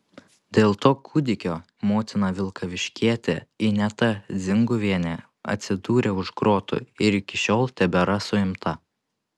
dėl to kūdikio motina vilkaviškietė ineta dzinguvienė atsidūrė už grotų ir iki šiol tebėra suimta